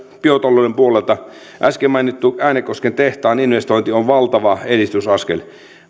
biotalouden puolelta äsken mainittu äänekosken tehtaan investointi on valtava edistysaskel